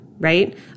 right